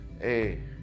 hey